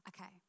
Okay